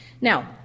Now